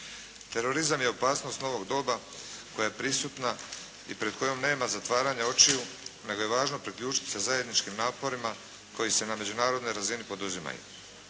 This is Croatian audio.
Terorizam je opasnost novog doba koja je prisutna i pred kojom nema zatvaranja očiju, nego je važno priključiti se zajedničkim naporima koji se na međunarodnoj razini poduzimaju.